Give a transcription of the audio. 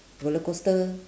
roller coaster